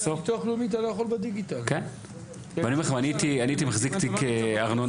אני הייתי מחזיק תיק הארנונה,